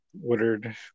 Woodard